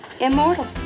immortal